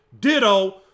Ditto